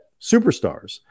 superstars